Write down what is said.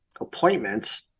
appointments